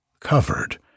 covered